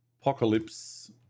Apocalypse